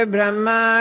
Brahma